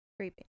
Creepy